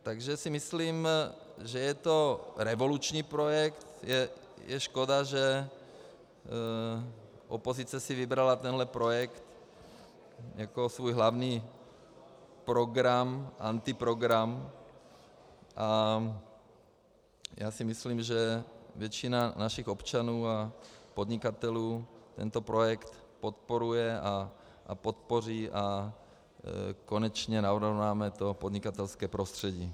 Takže si myslím, že je to revoluční projekt, je škoda, že opozice si vybrala tento projekt jako svůj hlavní program, antiprogram, a já si myslím, že většina našich občanů a podnikatelů tento projekt podporuje a podpoří a konečně narovnáme podnikatelské prostředí.